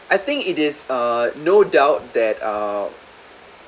I think it is uh no doubt that uh